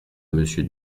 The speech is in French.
monsieur